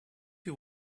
you